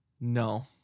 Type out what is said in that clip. No